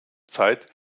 zeit